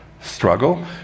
struggle